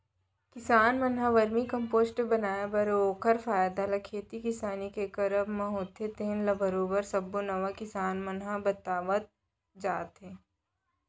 किसान मन ह वरमी कम्पोस्ट बनाए बर अउ ओखर फायदा ल खेती किसानी के करब म होथे तेन ल बरोबर सब्बो नवा किसान मन ल बतावत जात हे